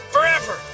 Forever